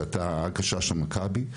זה הייתה הגשה של מכבי,